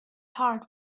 heart